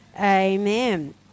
Amen